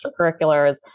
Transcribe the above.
extracurriculars